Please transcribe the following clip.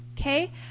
Okay